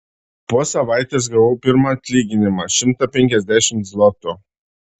po savaitės gavau pirmą atlyginimą šimtą penkiasdešimt zlotų